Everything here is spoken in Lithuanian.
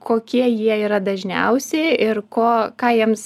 kokie jie yra dažniausiai ir ko ką jiems